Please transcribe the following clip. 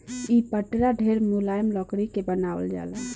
इ पटरा ढेरे मुलायम लकड़ी से बनावल जाला